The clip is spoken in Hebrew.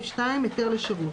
2. היתר לשירות.